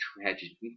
tragedy